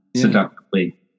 seductively